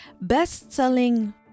best-selling